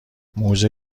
موزه